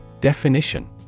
Definition